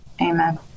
amen